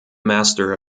master